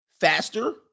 Faster